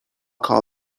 call